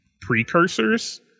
precursors